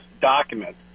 document